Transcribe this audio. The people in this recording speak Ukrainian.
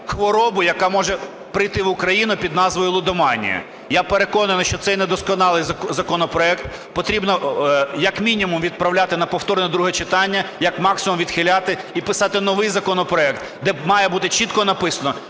хворобу, яка може прийти в Україну під назвою лудоманія. Я переконаний, що цей недосконалий законопроект потрібно, як мінімум, відправляти на повторне друге читання, як максимум – відхиляти і писати новий законопроект, де має бути чітко написано,